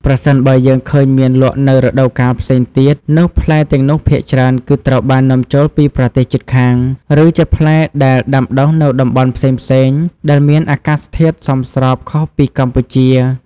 ប្រសិនបើយើងឃើញមានលក់នៅរដូវកាលផ្សេងទៀត នោះផ្លែទាំងនោះភាគច្រើនគឺត្រូវបាននាំចូលពីប្រទេសជិតខាង ឬជាផ្លែដែលដាំដុះនៅតំបន់ផ្សេងៗដែលមានអាកាសធាតុសមស្របខុសពីកម្ពុជា។